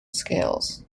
scales